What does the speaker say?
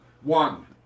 One